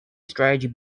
strategy